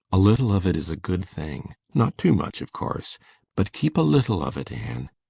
a little of it is a good thing not too much, of course but keep a little of it, anne,